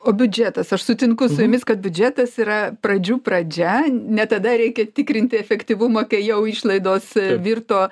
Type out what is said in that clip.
o biudžetas aš sutinku su jumis kad biudžetas yra pradžių pradžia ne tada reikia tikrinti efektyvumą kai jau išlaidos virto